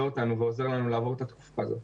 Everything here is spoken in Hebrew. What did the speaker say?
אותנו ועוזר לנו לעבור את התקופה הזאת.